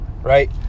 right